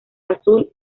azul